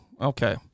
Okay